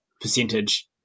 percentage